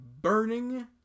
burning